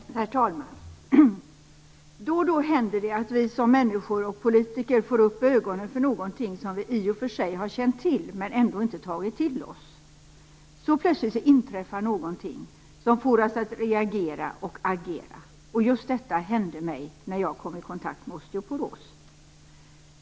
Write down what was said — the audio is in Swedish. Herr talman! Då och då händer det att vi som människor och politiker får upp ögonen för någonting som vi i och för sig har känt till men ändå inte tagit till oss. Plötsligt inträffar någonting som får oss att reagera och agera. Just detta hände mig när jag kom i kontakt med osteoporos.